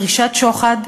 דרישת שוחד,